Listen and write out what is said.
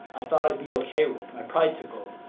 i thought i'd be okay with, my pride took over.